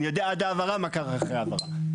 אני יודע עד ההעברה, מה קרה אחרי ההעברה.